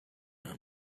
him